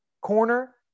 corner